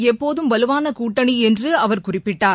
எப்போதும் வலுவான கூட்டணி என்று அவர் குறிப்பிட்டார்